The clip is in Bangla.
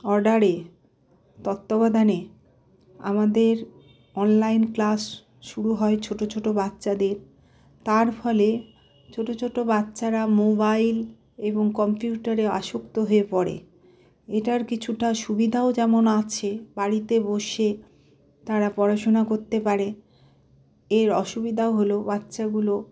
অর্ডারে তত্ত্বাবধানে আমাদের অনলাইন ক্লাস শুরু হয় ছোটো ছোটো বাচ্চাদের তার ফলে ছোটো ছোটো বাচ্চারা মোবাইল এবং কম্পিউটারে আসক্ত হয়ে পড়ে এটার কিছুটা সুবিধাও যেমন আছে বাড়িতে বসে তারা পড়াশুনা করতে পারে এর অসুবিধা হল বাচ্ছাগুলো